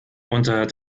unter